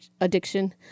addiction